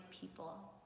people